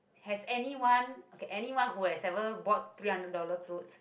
has anyone okay anyone who has ever bought three hundred dollars clothes